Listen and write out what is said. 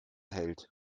hält